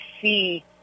see